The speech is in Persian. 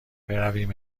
برویم